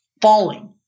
falling